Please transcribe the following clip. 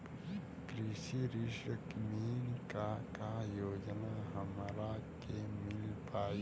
कृषि ऋण मे का का योजना हमरा के मिल पाई?